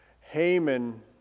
Haman